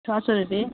छ सौ रुपियाँ